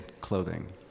clothing